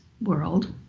world